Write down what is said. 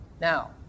Now